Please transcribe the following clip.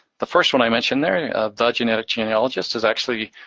the first one i mentioned there, the genetic genealogist, is actually